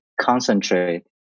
concentrate